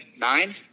nine